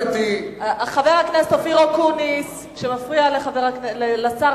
חבר הכנסת אופיר אקוניס שמפריע לשר